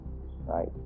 right